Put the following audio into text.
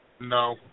No